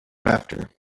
after